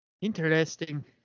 Interesting